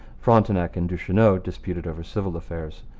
frontenac and duchesneau disputed over civil affairs.